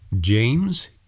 james